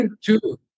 Two